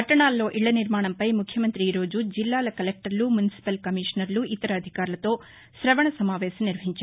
పట్టణాల్లో ఇళ్ల నిర్మాణంపై ముఖ్యమంతి ఈరోజు జిల్లాల కలెక్లర్లు మున్సిపల్ కమిషనర్లు ఇతర అధికారులతో శవణ సమావేశం నిర్వహించారు